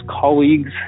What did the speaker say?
colleagues